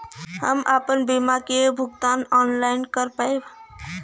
हम आपन बीमा क भुगतान ऑनलाइन कर पाईब?